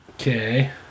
Okay